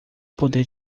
poder